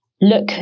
look